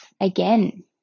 again